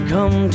Come